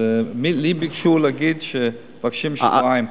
ממני ביקשו להגיד שמבקשים שבועיים.